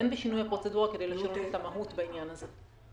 אין בשינוי הפרוצדורה כדי לשנות את המהות בעניין הזה.